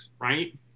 right